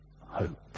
hope